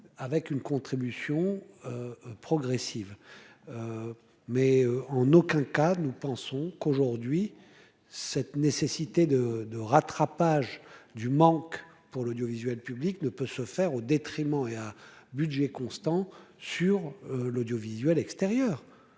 avec une contribution progressive mais en aucun cas, nous pensons qu'aujourd'hui cette nécessité de de rattrapage du manque pour l'audiovisuel public ne peut se faire au détriment et à budget constant sur l'audiovisuel extérieur,